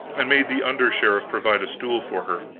and made the under-sheriff provide a stool for her.